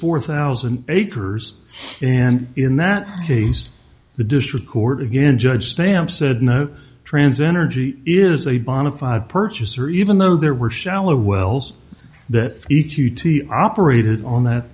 four thousand acres and in that case the district court again judge stamps said no trans energy is a bonafide purchaser even though there were shallow wells that each u t operated on th